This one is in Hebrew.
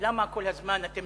למה כל הזמן אתם